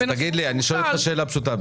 בצלאל, אשאל אותך שאלה פשוטה: